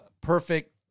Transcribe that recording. Perfect